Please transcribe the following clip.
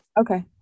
okay